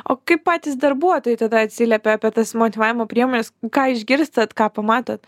o kaip patys darbuotojai tada atsiliepia apie tas motyvavimo priemones ką išgirstat ką pamatot